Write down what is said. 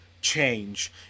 change